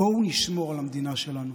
בואו נשמור על המדינה שלנו.